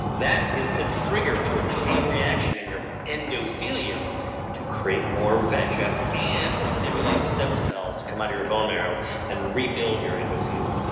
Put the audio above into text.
that is the trigger to a chain reaction in your endothelium to create more vegf and to stimulate stem cells to come out of your bone marrow and rebuild your endothelium